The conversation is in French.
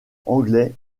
anglais